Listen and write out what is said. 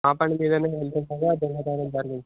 ఆ పని మీదనే వెళ్తుండగా దొంగతనం జరిగింది సార్